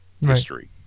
history